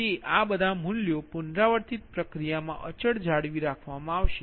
તેથી આ બધા મૂલ્યો પુનરાવર્તિત પ્ર્ક્રિયામાં અચલ જાળવી રાખવામાં આવશે